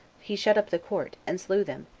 he shut up the court, and slew them,